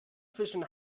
zwischen